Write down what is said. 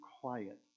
quiet